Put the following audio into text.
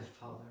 father